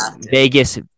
Vegas